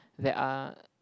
there are